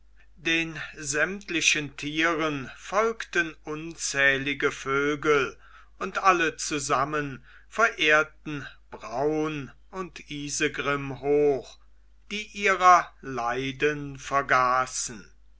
den sämtlichen tieren folgten unzählige vögel und alle zusammen verehrten braun und isegrim hoch die ihrer leiden vergaßen